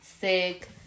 sick